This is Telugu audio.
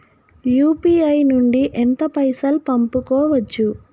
యూ.పీ.ఐ నుండి ఎంత పైసల్ పంపుకోవచ్చు?